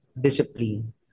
discipline